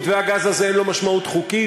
מתווה הגז הזה אין לו משמעות חוקית,